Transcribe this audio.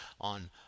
on